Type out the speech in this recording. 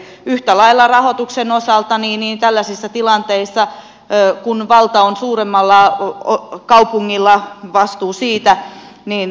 yhtä lailla rahoituksen osalta tällaisissa tilanteissa kun valta on suuremmalla kaupungilla vastuu siitä niin rahoitus